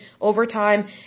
overtime